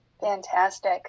Fantastic